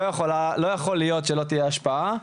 לא יכול להיות שלא תהיה השפעה.